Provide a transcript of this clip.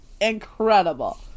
Incredible